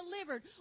delivered